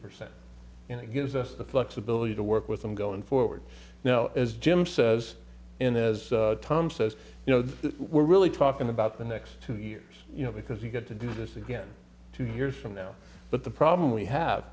percent and it gives us the flexibility to work with them going forward now as jim says and as tom says you know we're really talking about the next two years you know because we get to do this again two years from now but the problem we have